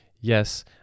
yes